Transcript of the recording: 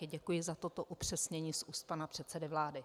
Děkuji za toto upřesnění z úst pana předsedy vlády.